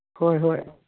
ꯍꯣꯏ ꯍꯣꯏ